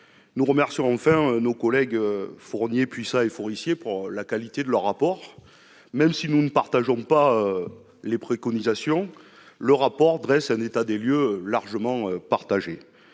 Je remercie enfin mes collègues Fournier, Puissat et Forissier de la qualité de leur rapport. Même si nous ne partageons pas les préconisations formulées, le rapport dresse un état des lieux largement partagé.